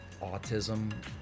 autism